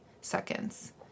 seconds